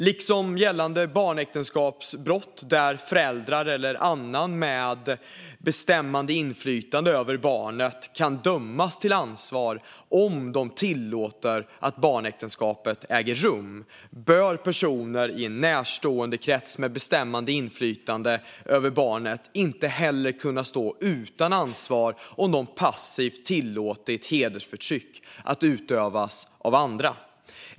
Liksom gällande barnäktenskapsbrott, där föräldrar eller annan med bestämmande inflytande över barnet kan dömas till ansvar om de tillåter att barnäktenskapet äger rum, bör personer i en närståendekrets med bestämmande inflytande över barnet inte heller kunna stå utan ansvar om de passivt tillåtit hedersförtryck att utövas av andra.